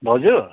भाउजू